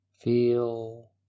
Feel